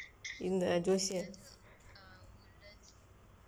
எங்க ஜோசியர்:engka joosiyar